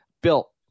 Built